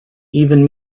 even